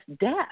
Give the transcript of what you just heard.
death